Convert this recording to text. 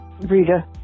Rita